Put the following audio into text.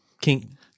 King